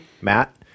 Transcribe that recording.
matt